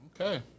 Okay